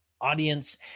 audience